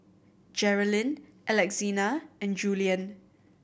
Jerrilyn Alexina and Julien